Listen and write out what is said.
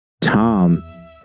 Tom